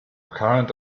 current